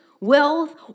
wealth